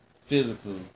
physical